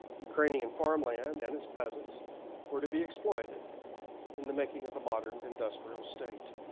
ukrainian farmland and its peasants were to be exploited in the making of the modern industrial state.